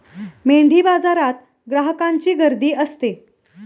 मेंढीबाजारात ग्राहकांची गर्दी असते